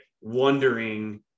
wondering